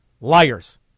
Liars